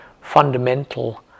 fundamental